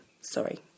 Sorry